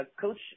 Coach